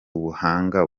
ubuhanga